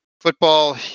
football